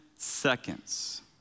Seconds